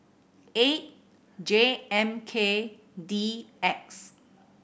eight J M K D X